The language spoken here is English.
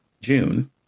June